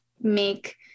make